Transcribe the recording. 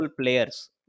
players